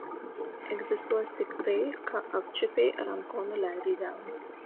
egzistuos tik tai ką apčiuopei ar ant ko nuleidai delną